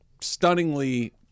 stunningly